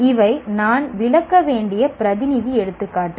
இவை நான் விளக்க வேண்டிய பிரதிநிதி எடுத்துக்காட்டுகள்